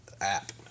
app